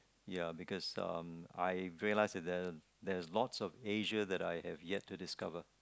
ya because um I realize that there there's lot of Asia that I have yet to discover